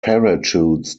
parachutes